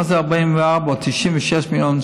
מה זה 44 או 96 מיליון שקל?